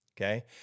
Okay